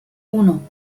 uno